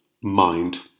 mind